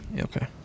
okay